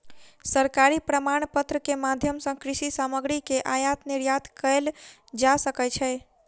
सरकारी प्रमाणपत्र के माध्यम सॅ कृषि सामग्री के आयात निर्यात कयल जा सकै छै